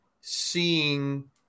seeing